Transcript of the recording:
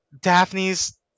Daphne's